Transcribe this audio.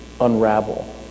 unravel